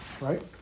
right